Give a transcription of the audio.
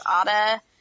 Ada